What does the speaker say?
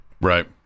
Right